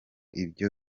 ibyo